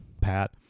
Pat